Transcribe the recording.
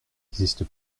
existe